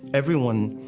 everyone.